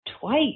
twice